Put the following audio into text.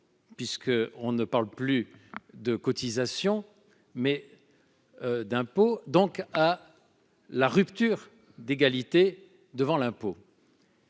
puisqu'on parle non plus de cotisation mais d'impôt, à une rupture d'égalité devant l'impôt.